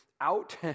Out